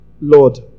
lord